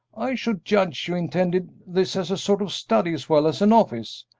i should judge you intended this as a sort of study as well as an office.